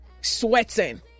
sweating